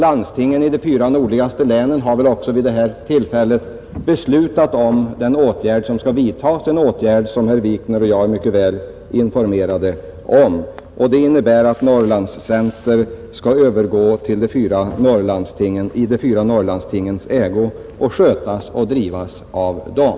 Landstingen i de fyra nordligaste länen har väl också vid det här laget beslutat om den åtgärd som skall vidtas, en åtgärd som herr Wikner och jag är mycket väl informerade om. Det innebär att Norrlands Center skall övergå till landstingen i de fyra nordligaste länen och ägas och drivas av dem.